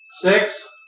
Six